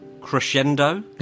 Crescendo